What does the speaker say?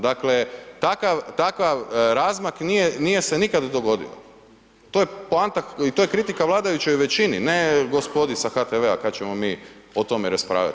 Dakle, takav razmak nije se nikada dogodio to je poanta i to je kritika vladajućoj većini, ne gospodi sa HTV-a kada ćemo mi o tome raspravljati.